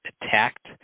attacked